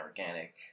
organic